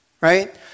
right